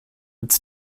its